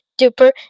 duper